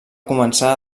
començar